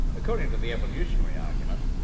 according to the evolutionary argument,